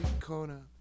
Corner